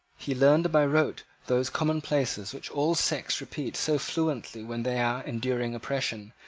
he learned by rote those commonplaces which all sects repeat so fluently when they are enduring oppression,